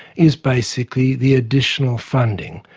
is basically the additional funding,